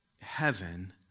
heaven